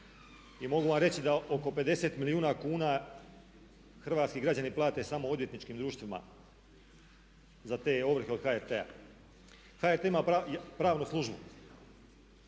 i mogu vam reći da oko 50 milijuna kuna hrvatski građani plate samo odvjetničkim društvima za te ovrhe od HRT-a. HRT ima pravnu službu.